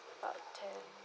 about ten